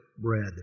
bread